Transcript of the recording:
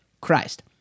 Christ